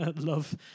love